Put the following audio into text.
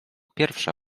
pierwsza